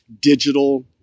digital